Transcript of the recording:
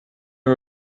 are